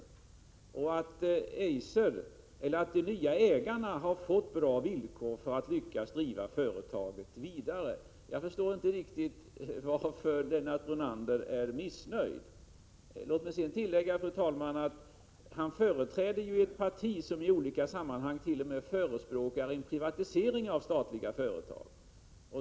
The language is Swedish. Jag förstår inte riktigt varför Lennart Brunander är missnöjd med att de nya ägarna har fått goda villkor för att driva företaget vidare. Låt mig, fru talman, tillägga att Lennart Brunander företräder ett parti som i olika sammanhang t.o.m. förespråkar en privatisering av statliga företag.